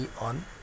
on